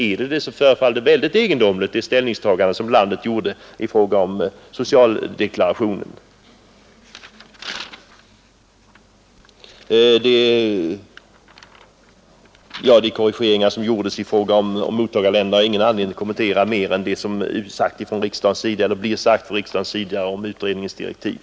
Men ingår familjeplanering förefaller det ställningstagande som landet gjorde i fråga om socialdeklarationen egendomligt. De korrigeringar som gjordes i fråga om mottagarländer har jag ingen anledning att kommentera utöver vad riksdagen kommer att uttala om utredningens direktiv.